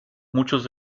muchos